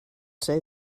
say